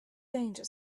danger